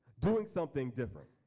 doing something different.